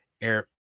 air